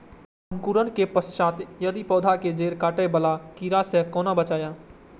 अंकुरण के पश्चात यदि पोधा के जैड़ काटे बाला कीट से कोना बचाया?